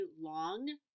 long